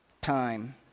time